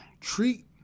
treat